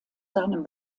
seinem